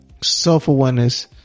Self-awareness